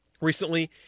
recently